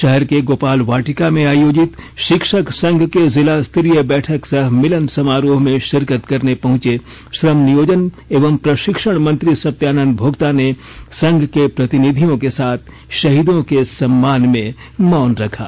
शहर के गोपाल वाटिका में आयोजित शिक्षक संघ के जिला स्तरीय बैठक सह मिलने समारोह में शिरकत करने पहुंचे श्रम नियोजन एवं प्रशिक्षण मंत्री सत्यानंद भोक्ता ने संघ के प्रतिनिधियों के साथ शहीदों के सम्मान में मौन रखा